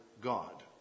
God